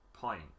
point